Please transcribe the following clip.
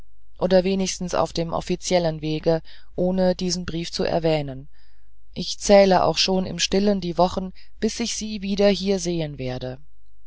oder wenigstens auf dem offiziellen wege ohne diesen brief zu erwähnen ich zähle auch schon im stillen die wochen bis ich sie wieder hier sehen werde